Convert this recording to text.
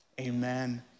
amen